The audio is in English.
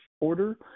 order